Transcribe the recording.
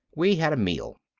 we had a meal.